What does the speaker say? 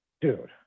dude